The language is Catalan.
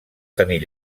tenir